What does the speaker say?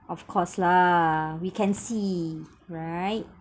of course lah we can see right